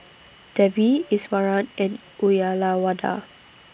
Devi Iswaran and Uyyalawada